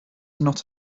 not